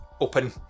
open